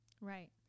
Right